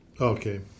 Okay